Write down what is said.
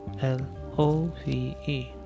l-o-v-e